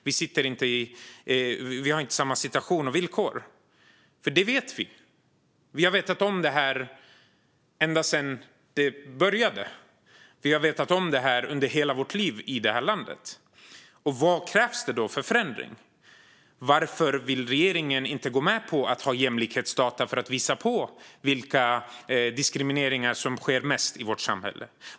Vi har inte samma situation och villkor, och det har vi vetat under hela vårt liv i det här landet. Vad krävs det då för förändring? Varför vill regeringen inte gå med på att ha jämlikhetsdata för att visa på vilka diskrimineringar som sker mest i vårt samhälle?